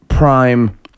prime